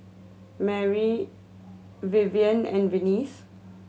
Mari Vivienne and Venice